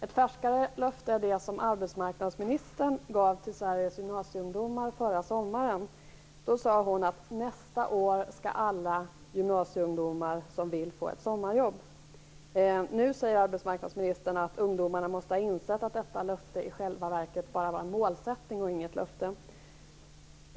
Ett färskare löfte är det som arbetsmarknadsministern gav till Sveriges gymnasieungdomar förra sommaren. Då sade hon: Nästa år skall alla gymnasieungdomar som vill få ett sommarjobb. Nu säger arbetsmarknadsministern att ungdomarna måste ha insett att detta löfte i själva verket bara var en målsättning och inget löfte.